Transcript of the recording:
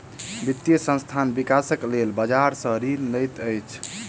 वित्तीय संस्थान, विकासक लेल बजार सॅ ऋण लैत अछि